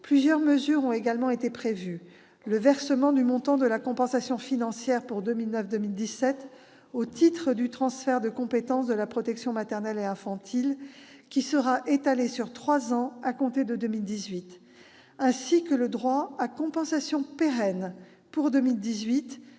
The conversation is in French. plusieurs mesures ont également été prévues : le versement du montant de la compensation financière pour 2009-2017, au titre du transfert de compétence de la protection maternelle et infantile qui sera étalé sur trois ans à compter de 2018, ainsi que le droit à compensation pérenne pour 2018,